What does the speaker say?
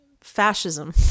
fascism